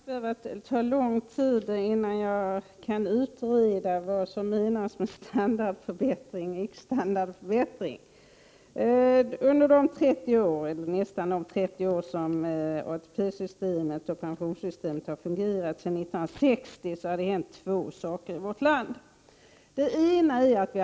Herr talman! Det skall inte behöva ta lång tid att utreda vad som menas med standardförbättring och icke standardförbättring. Under de nästan 30 år som ATP-systemet och pensionssystemet har fungerat, alltså sedan 1960, har det hänt två saker i vårt land som har betydelse för denna fråga.